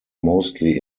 mostly